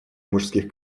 мужских